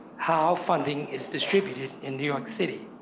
how funding is distributed in new york city.